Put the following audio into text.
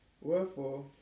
Wherefore